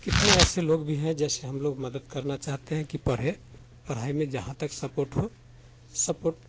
कितने ऐसे लोग भी हैं जैसे हम लोग मदद करना चाहते हैं कि पढ़ें पढ़ाई में जहाँ तक सपॉर्ट हो सपॉर्ट